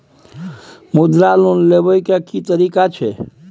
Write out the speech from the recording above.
मुद्रा लोन लेबै के की तरीका छै?